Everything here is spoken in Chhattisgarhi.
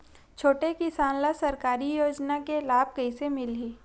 छोटे किसान ला सरकारी योजना के लाभ कइसे मिलही?